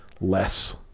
less